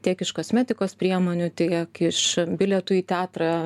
tiek iš kosmetikos priemonių tiek iš bilietų į teatrą